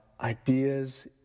ideas